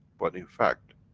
but, in fact,